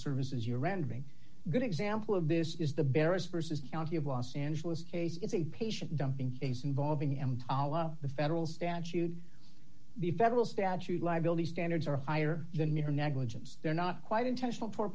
services you're rounding good example of this is the barest versus county of los angeles case it's a patient dumping involving emtala the federal statute the federal statute liability standards are higher than your negligence they're not quite intentional